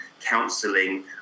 counselling